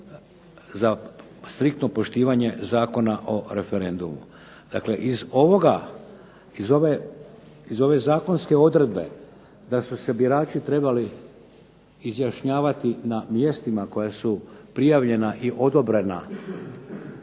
za striktno poštivanje Zakona o referendumu. Dakle, iz ove zakonske odredbe da su se birači trebali izjašnjavati na mjestima koja su prijavljena i odobrena